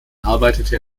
arbeitete